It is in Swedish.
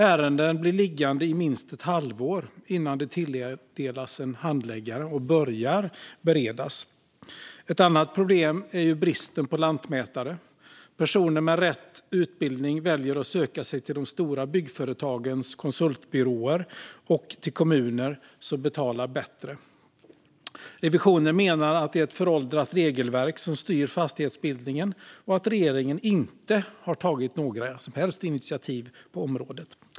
Ärenden blir liggande i minst ett halvår innan de tilldelas en handläggare och börjar beredas. Ett annat problem är bristen på lantmätare. Personer med rätt utbildning väljer att söka sig till de stora byggföretagens konsultbyråer och till kommuner som betalar bättre. Riksrevisionen menar att det är ett föråldrat regelverk som styr fastighetsbildningen och att regeringen inte har tagit några som helst initiativ på området.